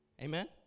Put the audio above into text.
Amen